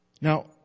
Now